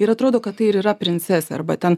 ir atrodo kad tai ir yra princesė arba ten